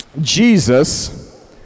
Jesus